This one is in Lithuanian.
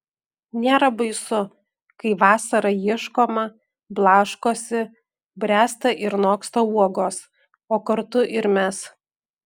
nėra baisu kai vasarą ieškoma blaškosi bręsta ir noksta uogos o kartu ir mes